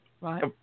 right